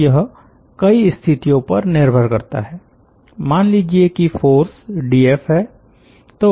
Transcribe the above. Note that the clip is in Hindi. तो यह कई स्थितियों पर निर्भर करता है मान लीजिये कि फ़ोर्स डीएफ है